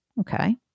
Okay